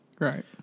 Right